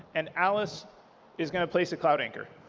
and alice is going to place a cloud anchor.